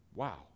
Wow